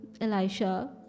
Elisha